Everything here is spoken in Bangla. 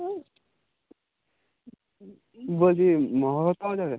বলছি মহাভারত পাওয়া যাবে